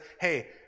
hey